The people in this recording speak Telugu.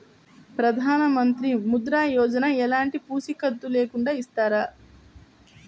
ప్రధానమంత్రి ముద్ర యోజన ఎలాంటి పూసికత్తు లేకుండా ఇస్తారా?